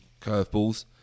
curveballs